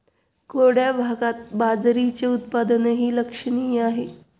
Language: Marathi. कोरड्या भागात बाजरीचे उत्पादनही लक्षणीय आहे